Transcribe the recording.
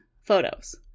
photos